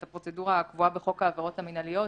את הפרוצדורה הקבועה בחוק העבירות המינהליות,